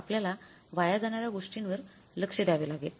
आपल्याला वाया जाणाऱ्या गोष्टींवर लक्ष द्यावे लागेल